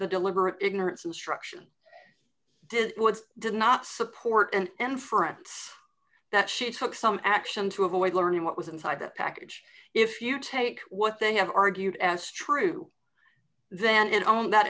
the deliberate ignorance instruction did did not support and for at that she took some action to avoid learning what was inside the package if you take what they have argued as true then it on that